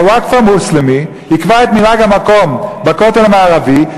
שהווקף המוסלמי יקבע את מנהג המקום בכותל המערבי,